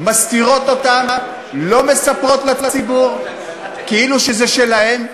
מסתירות אותו, לא מספרות לציבור, כאילו זה שלהם,